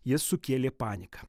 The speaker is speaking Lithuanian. jis sukėlė paniką